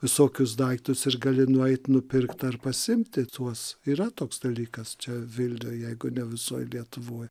visokius daiktus ir gali nueit nupirkt ar pasiimti tuos yra toks dalykas čia vilniuj jeigu ne visoj lietuvoj